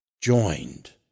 Joined